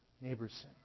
neighbors